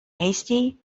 hasty